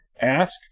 Ask